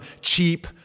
cheap